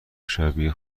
شبیه